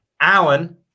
Allen